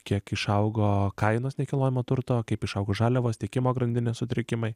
kiek išaugo kainos nekilnojamo turto kaip išaugo žaliavos tiekimo grandinės sutrikimai